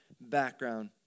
background